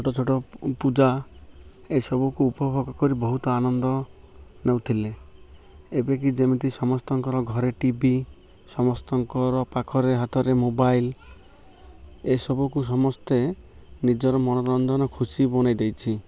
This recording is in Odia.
ଛୋଟ ଛୋଟ ପୂଜା ଏସବୁକୁ ଉପଭୋଗ କରି ବହୁତ ଆନନ୍ଦ ନଉଥିଲେ ଏବେ କି ଯେମିତି ସମସ୍ତଙ୍କର ଘରେ ଟିଭି ସମସ୍ତଙ୍କର ପାଖରେ ହାତରେ ମୋବାଇଲ୍ ଏସବୁକୁ ସମସ୍ତେ ନିଜର ମନୋରଞ୍ଜନ ଖୁସି ବନାଇ ଦେଇଛି